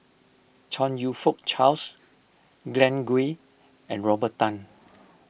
Chong You Fook Charles Glen Goei and Robert Tan